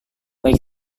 baik